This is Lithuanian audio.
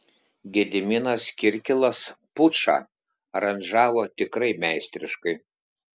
gediminas kirkilas pučą aranžavo tikrai meistriškai